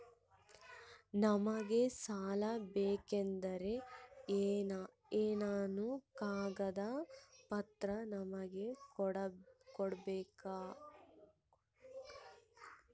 ನಮಗೆ ಸಾಲ ಬೇಕಂದ್ರೆ ಏನೇನು ಕಾಗದ ಪತ್ರ ನಿಮಗೆ ಕೊಡ್ಬೇಕು?